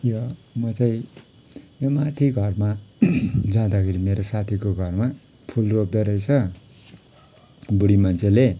यो म चाहिँ यहाँ माथि घरमा जाँदाखेरि मेरो साथीको घरमा फुल रोप्दै रहेछ बुढी मान्छेले